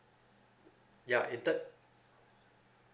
ya heated